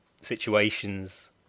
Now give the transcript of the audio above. situations